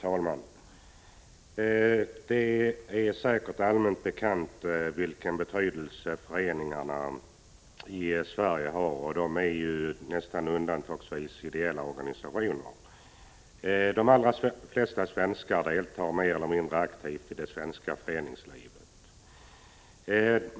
Fru talman! Det är säkert allmänt bekant vilken betydelse föreningarna i Sverige har och att de nästan undantagslöst är ideella organisationer. De allra flesta svenskar deltar mer eller mindre aktivt i det svenska föreningslivet.